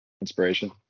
Inspiration